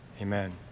amen